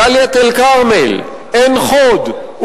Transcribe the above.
דאלית אל-כרמל ועין-חוד,